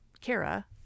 Kara